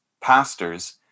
pastors